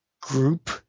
group